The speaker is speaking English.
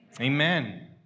Amen